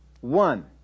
one